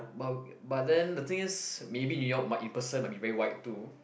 but but then the thing is maybe New York might in person might be very white too